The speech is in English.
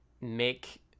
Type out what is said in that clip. make